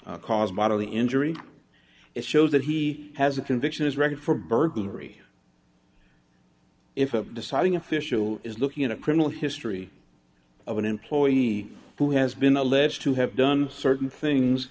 to cause bodily injury it shows that he has a conviction his record for burglary if a deciding official is looking at a criminal history of an employee who has been alleged to have done certain things